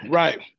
right